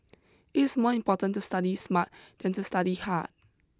it is more important to study smart than to study hard